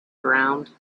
ground